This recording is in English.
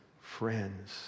friends